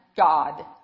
God